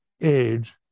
age